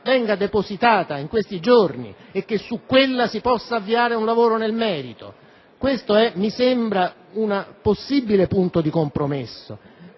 venga depositata in questi giorni e che su di essa si possa avviare un lavoro nel merito. Mi sembra che questo sia un possibile punto di compromesso.